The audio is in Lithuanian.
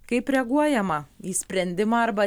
kaip reaguojama į sprendimą arba